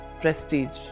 prestige